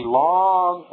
long